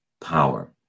power